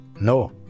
No